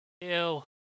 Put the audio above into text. ew